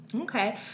Okay